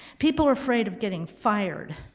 people are afraid of getting fired.